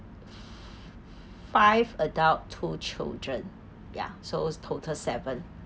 five adult two children ya so is total seven